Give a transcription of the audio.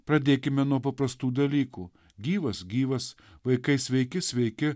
pradėkime nuo paprastų dalykų gyvas gyvas vaikai sveiki sveiki